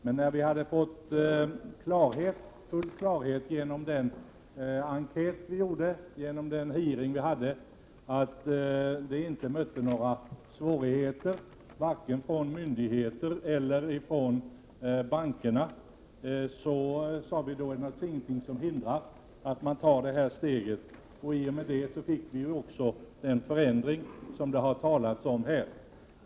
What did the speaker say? Men genom den enkät som gjordes och den hearing vi hade fick vi fullt klart för oss att det här inte skulle göras några svårigheter varken från myndigheternas eller bankernas sida. Vi ansåg då att det inte fanns något som hindrade att man tog det här steget. I och med det fick vi också till stånd den förändring som det talats om i dag.